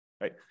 right